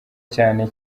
cyane